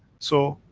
so,